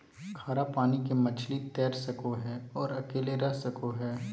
खारा पानी के मछली तैर सको हइ और अकेले रह सको हइ